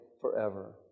forever